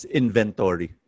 inventory